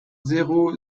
zéro